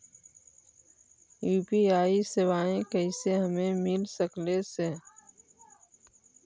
UPI सेवाएं कैसे हमें मिल सकले से?